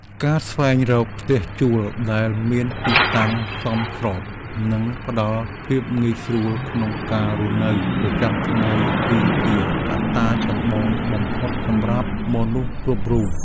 ការស្វែងរកផ្ទះជួលដែលមានទីតាំងសមស្របនិងផ្តល់ភាពងាយស្រួលក្នុងការរស់នៅប្រចាំថ្ងៃគឺជាកត្តាចម្បងបំផុតសម្រាប់មនុស្សគ្រប់រូប។